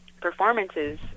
performances